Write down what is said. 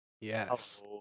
Yes